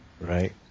Right